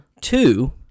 Two